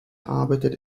arbeitet